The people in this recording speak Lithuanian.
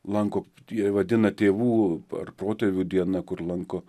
lanko jie vadina tėvų ar protėvių diena kur lanko